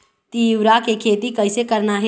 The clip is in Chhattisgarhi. तिऊरा के खेती कइसे करना हे?